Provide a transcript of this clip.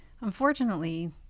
Unfortunately